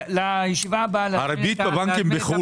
לישיבה הבאה אני רוצה להזמין את הבנקים.